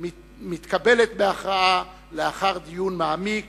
מתקבלת בהכרעה לאחר דיון מעמיק